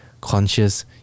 conscious